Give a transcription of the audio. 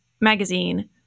magazine